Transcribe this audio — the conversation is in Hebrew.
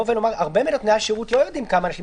הרבה מנותני השירות לא יודעים כמה אנשים,